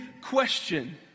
question